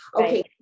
Okay